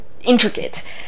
intricate